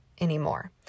anymore